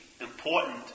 important